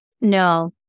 No